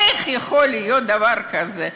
איך יכול להיות דבר כזה?